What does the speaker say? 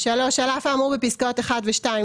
על אף האמור בפסקאות (1) ו-(2),